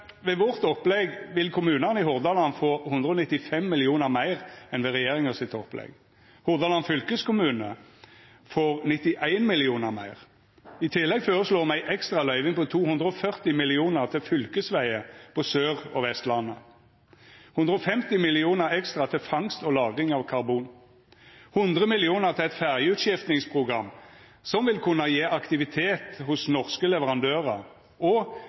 vårt opplegg vil kommunane i Hordaland få 195 mill. kr meir enn med opplegget til regjeringa, og Hordaland fylkeskommune får 91 mill. kr meir. I tillegg føreslår me ei ekstraløyving på 240 mill. kr til fylkesvegar på Sør- og Vestlandet, 150 mill. kr ekstra til fangst og lagring av karbon, 100 mill. kr til eit ferjeutskiftingsprogram som vil kunna gje aktivitet hos norske leverandørar, og